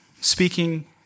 speaking